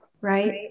right